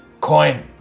coin